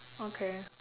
okay